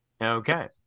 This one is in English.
okay